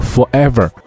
Forever